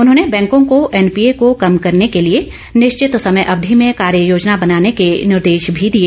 उन्होंने बैंको को एनपीए को कम करने के लिए निश्चित समय अवधि में कार्य योजना बनाने के निर्देश भी दिए